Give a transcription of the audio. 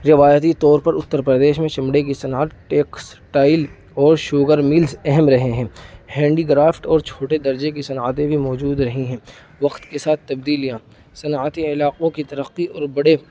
روایتی طور پر اتر پردیش میں چمڑے کی صنعت ٹیکسٹائل اور شوگر ملز اہم رہے ہیں ہینڈی کرافٹ اور چھوٹے درجے کی صنعتیں بھی موجود رہی ہیں وقت کے ساتھ تبدیلیاں صنعتی علاقوں کی ترقی اور بڑے